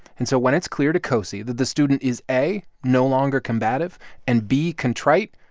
and so when it's clear to cosey that the student is, a, no longer combative and, b, contrite,